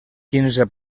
quinze